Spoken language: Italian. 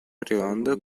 arrivando